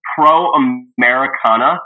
pro-Americana